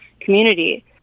community